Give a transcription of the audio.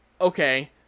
okay